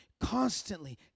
constantly